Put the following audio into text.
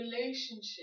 relationship